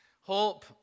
Hope